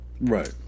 Right